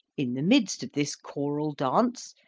in the midst of this choral dance,